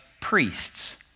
priests